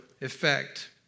effect